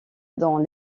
dans